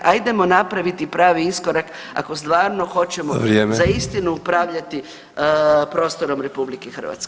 Ajdemo napraviti pravi iskorak ako stvarno hoćemo za istinu [[Upadica: Vrijeme.]] upravljati prostorom RH.